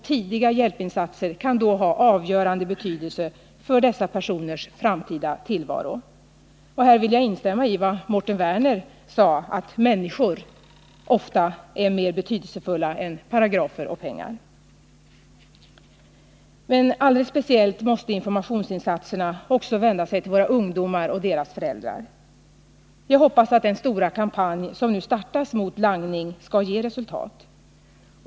Tidiga hjälpinsatser kan då ha avgörande betydelse för dessa personers framtida tillvaro. Jag vill instämma i vad Mårten Werner sade, att människor är mer betydelsefulla än paragrafer och pengar. Men alldeles speciellt måste informationsinsatserna vända sig till våra ungdomar och deras föräldrar. Jag hoppas att den stora kampanj som nu startas mot langning skall ge resultat.